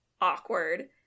awkward